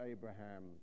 Abraham